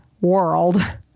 world